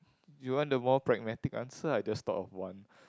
you want the more pragmatic answer I just thought of one